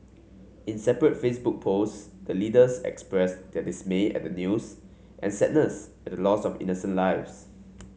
in separate Facebook posts the leaders expressed their dismay at the news and sadness at the loss of innocent lives